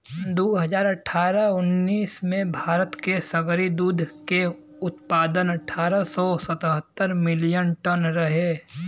दू हज़ार अठारह उन्नीस में भारत के सगरी दूध के उत्पादन अठारह सौ सतहत्तर मिलियन टन रहे